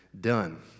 done